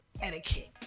etiquette